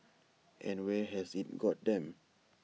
and where has IT got them